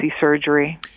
surgery